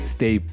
Stay